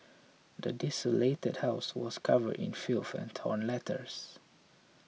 the desolated house was covered in filth torn letters